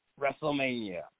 WrestleMania